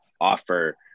offer